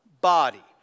body